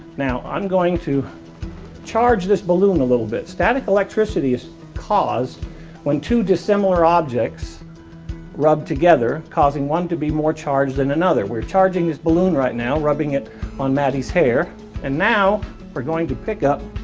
now i'm going to charge this balloon a little bit. static electricity is caused when two dissimilar objects rub together causing one to be more charged than another. we're charging this balloon right now rubbing it on maddie's hair and now we're going to pick up